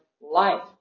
life